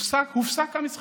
הופסק המשחק.